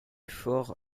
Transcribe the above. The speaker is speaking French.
faure